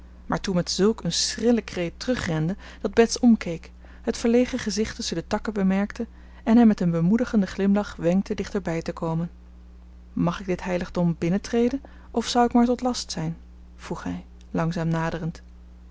maar toen met zulk een schrillen kreet terugrende dat bets omkeek het verlegen gezicht tusschen de takken bemerkte en hem met een bemoedigenden glimlach wenkte dichter bij te komen mag ik dit heiligdom binnentreden of zou ik maar tot last zijn vroeg hij langzaam naderend